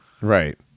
Right